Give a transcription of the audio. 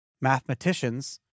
mathematicians